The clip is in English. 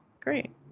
great